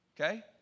Okay